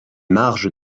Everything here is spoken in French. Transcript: marges